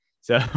So-